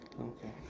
okay